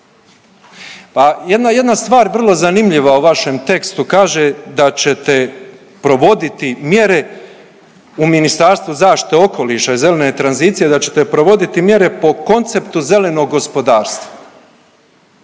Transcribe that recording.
jedna stvar vrlo zanimljiva u vašem tekstu kaže da ćete provoditi mjere u ministarstvu zaštite okoliša i zelene tranzicije, da ćete provoditi mjere po konceptu zelenog gospodarstva.